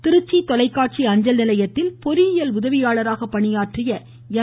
மறைவு திருச்சி தொலைக்காட்சி அஞ்சல் நிலையத்தில் பொறியியல் உதவியாளராக பணியாற்றிய எம்